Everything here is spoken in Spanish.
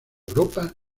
europa